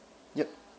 yup